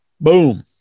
Boom